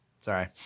Sorry